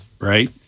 Right